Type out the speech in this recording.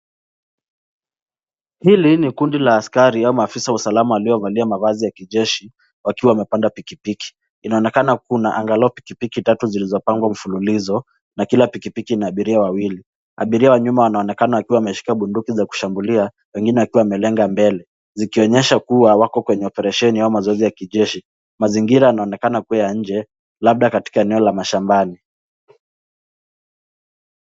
Hili ni kundi la askari au maafisa wa usalama waliovalia mavazi ya kijeshi, wakiwa wamepanda pikipiki. Inaonekana kuna angalau pikipiki tatu zilizopangwa mfululizo, na kila pikipiki ina abiria wawili. Abiria wa nyuma wanaonekana wakiwa wameshika bunduki za kushambulia, wengine wakiwa wamelenga mbele. Zikionyesha kuwa, wako kwenye operesheni ama mazoezi ya kijeshi. Mazingira yanaonekana kuwa ya nje, labda katika eneo la mashambani.